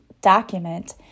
document